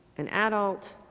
an adult,